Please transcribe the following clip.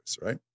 right